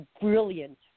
brilliant